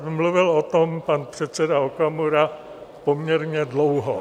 Mluvil o tom pan předseda Okamura poměrně dlouho.